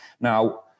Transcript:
Now